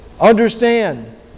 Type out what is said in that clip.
understand